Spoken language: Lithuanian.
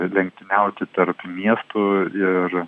lenktyniauti tarp miestų ir